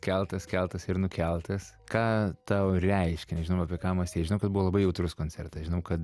keltas keltas ir nukeltas ką tau reiškia nežinau apie ką mąstei žinau kad buvo labai jautrus koncertas žinau kad